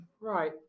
Right